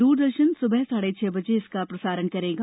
दूरदर्शन सुबह साढ़े छह बजे इसका प्रसारण करेगा